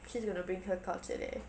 she's going to bring her culture there